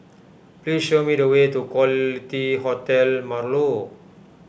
please show me the way to Quality Hotel Marlow